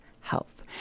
health